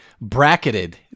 bracketed